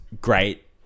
great